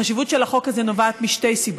החשיבות של החוק הזה נובעת משתי סיבות: